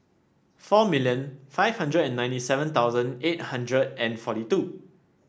four million five hundred and ninety seven thousand eight hundred and forty two